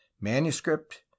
manuscript